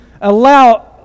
allow